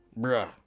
Bruh